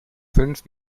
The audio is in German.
fünf